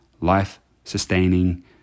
life-sustaining